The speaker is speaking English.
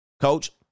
Coach